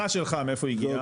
הערכה שלך מאיפה הגיעה?